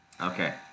Okay